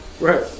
Right